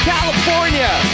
California